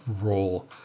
role